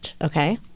Okay